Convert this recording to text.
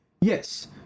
Yes